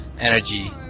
energy